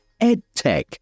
edtech